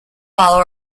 follow